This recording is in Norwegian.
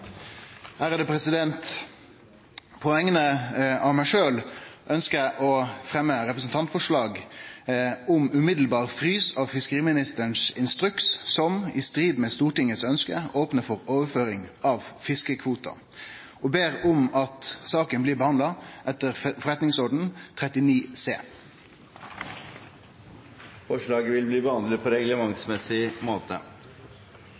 et representantforslag. På vegner av meg sjølv ønskjer eg å fremje eit representantforslag «om umiddelbar frys av Sandberg-instruksen, som, i strid med Stortingets ønske, åpner for overføring av fiskekvoter». Eg ber om at saka blir behandla etter forretningsordenens § 39 c. Forslaget vil bli behandlet på reglementsmessig måte.